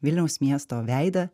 vilniaus miesto veidą